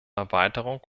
erweiterung